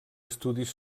estudis